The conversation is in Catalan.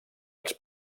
als